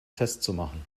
festzumachen